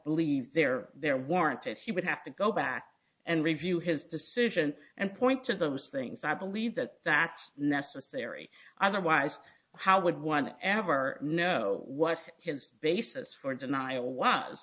believe they're there warranted he would have to go back and review his decision and point to those things i believe that that's necessary otherwise how would one ever know what his basis for denial was